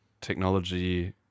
technology